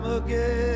again